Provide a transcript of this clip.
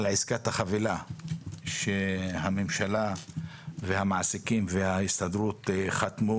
עסקת החבילה שהממשלה והמעסיקים וההסתדרות חתמו